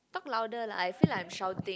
talk louder lah I feel like I'm shouting